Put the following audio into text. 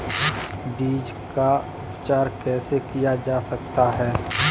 बीज का उपचार कैसे किया जा सकता है?